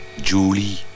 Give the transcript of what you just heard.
Julie